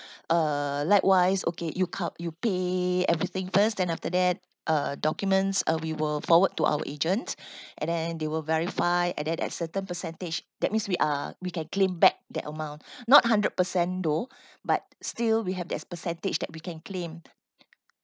uh likewise okay you co~ you pay everything first then after that uh documents uh we will forward to our agents and then they will verify and then at certain percentage that means we are we can claim back the amount not hundred percent though but still we have there's percentage that we can claim